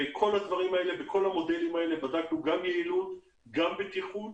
ובכל המודלים האלה בדקנו גם יעילות, גם בטיחות.